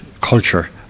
culture